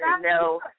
No